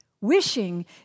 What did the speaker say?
Wishing